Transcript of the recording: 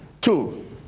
Two